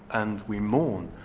and we mourn,